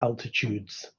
altitudes